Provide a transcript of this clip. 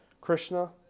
Krishna